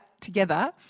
together